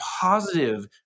positive